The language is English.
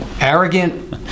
arrogant